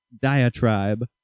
diatribe